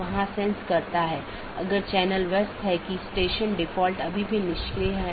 जब ऐसा होता है तो त्रुटि सूचना भेज दी जाती है